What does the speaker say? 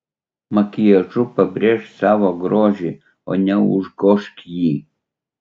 makiažu pabrėžk savo grožį o ne užgožk jį